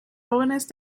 jóvenes